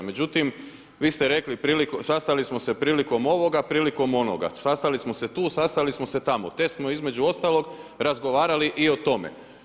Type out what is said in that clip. Međutim, vi ste rekli, sastali smo se prilikom ovoga, prilikom onoga, sastali smo se tu, sastali smo se tamo, te smo između ostalog razgovarali i o tome.